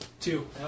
Two